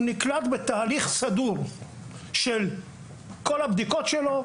הוא נקלט בתהליך סדור של כל הבדיקות שלו.